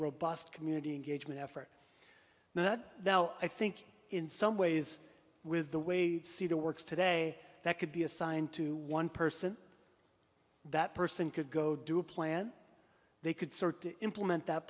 robust community engagement effort that now i think in some ways with the way they see the works today that could be assigned to one person that person could go do a plan they could start to implement that